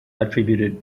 attributed